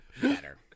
Better